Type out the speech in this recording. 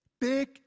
big